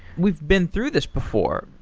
we've been through this before.